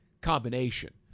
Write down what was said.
combination